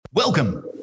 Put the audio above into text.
Welcome